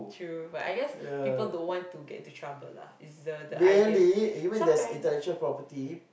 true but I guess people don't want to get into trouble lah it's the the idea some parents